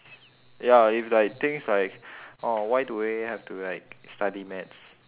ya if like things like oh why do we have to like study maths